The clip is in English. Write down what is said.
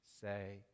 say